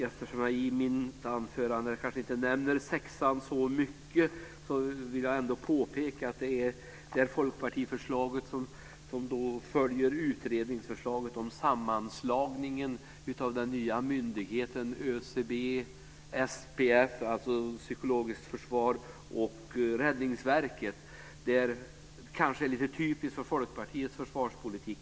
Eftersom jag i mitt anförande inte nämner så mycket om reservation nr 6 vill jag påpeka att det Folkpartiförslag som följer utredningsbetänkandet om sammanslagning av den nya myndigheten ÖCB, SPF, alltså Styrelsen för psykologiskt försvar, och Räddningsverket kanske är typiskt för Folkpartiets försvarspolitik.